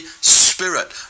Spirit